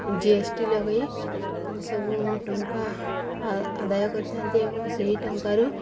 GST ଲଗେଇ ସବୁ ଟଙ୍କା ଆଦାୟ କରିଥାନ୍ତି ଏବଂ ସେହି ଟଙ୍କାରୁ